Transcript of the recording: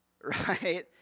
right